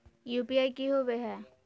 UPI की होवे हय?